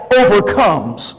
overcomes